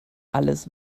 alles